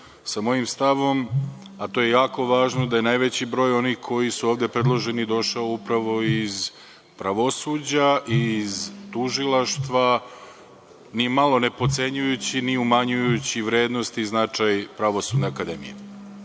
sa mojim stavom, a to je jako važno, da je najveći broj onih koji su ovde predloženi došao upravo iz pravosuđa i iz tužilaštva, ni malo ne potcenjujući ni umanjujući vrednost i značaj Pravosudne akademije. Ponoviću